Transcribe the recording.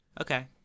okay